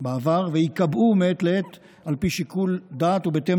בעבר וייקבעו מעת לעת על פי שיקול דעת ובהתאם